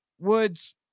Woods